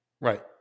Right